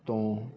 ਤੋਂ